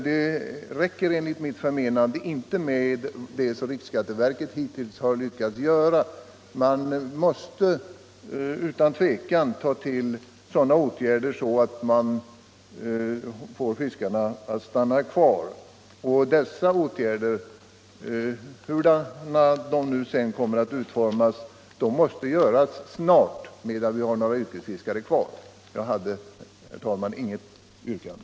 Det räcker enligt mitt förmenande inte med vad riksskatteverket hittills lyckats göra. Man måste utan tvekan vidta sådana åtgärder att man får fiskarna att stanna kvar i sitt yrke. Dessa åtgärder — hur de än kommer att utformas — måste vidtas snart, medan vi har några yrkesfiskare kvar. Jag har, herr talman, inget yrkande.